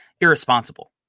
irresponsible